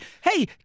Hey